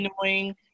annoying